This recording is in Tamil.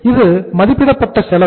இது மதிப்பிடப்பட்ட செலவு